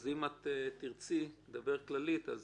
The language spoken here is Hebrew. אם תרצי לדבר באופן כללי, זכותך.